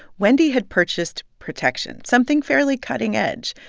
wendy had purchased protection, something fairly cutting-edge.